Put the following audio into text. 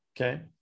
okay